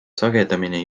sagedamini